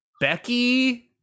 becky